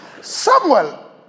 Samuel